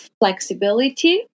flexibility